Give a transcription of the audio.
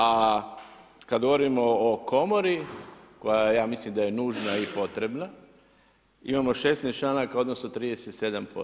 A kada govorimo o komori koja ja mislim da je nužna i potrebna, imamo 16 članaka odnosno 37%